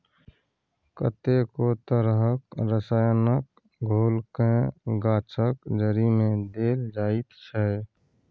कतेको तरहक रसायनक घोलकेँ गाछक जड़िमे देल जाइत छै